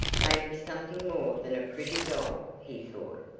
may be something more than a pretty doll, he thought.